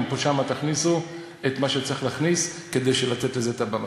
גם שם תכניסו את מה שצריך להכניס כדי לתת לזה את הבמה.